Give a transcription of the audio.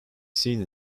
seen